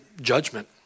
judgment